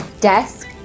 desk